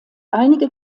einige